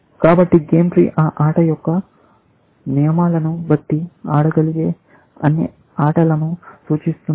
కాబట్టి game tree ఆ ఆట యొక్క నియమాలను బట్టి ఆడగలిగే అన్ని ఆటలను సూచిస్తుంది